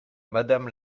madame